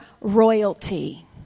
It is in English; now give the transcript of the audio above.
royalty